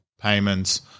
payments